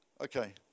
Okay